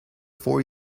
four